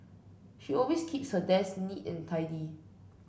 she always keeps her desk neat and tidy